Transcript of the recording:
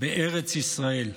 בארץ ישראל.